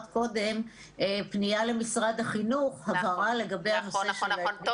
להוסיף פנייה למשרד החינוך, לתקן